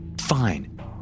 Fine